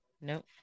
Nope